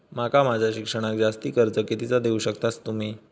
माका माझा शिक्षणाक जास्ती कर्ज कितीचा देऊ शकतास तुम्ही?